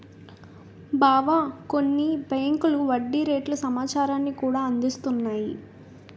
బావా కొన్ని బేంకులు వడ్డీ రేట్ల సమాచారాన్ని కూడా అందిస్తున్నాయి